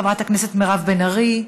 חברת הכנסת מירב בן ארי,